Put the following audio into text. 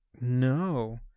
no